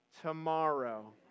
tomorrow